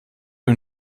und